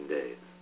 days